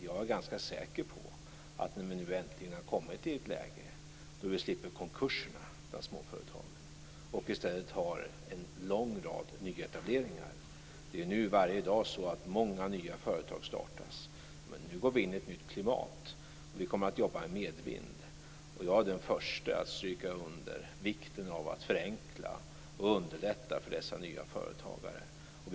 Jag är ganska säker på att när vi nu äntligen har kommit i ett läge där vi slipper konkurserna bland småföretagen och i stället har en lång rad nyetableringar - nu startas varje dag många nya företag - går vi in i ett nytt klimat. Vi kommer att jobba i medvind. Jag är den förste att stryka under vikten av att förenkla och underlätta för de nya företagarna.